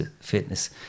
fitness